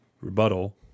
rebuttal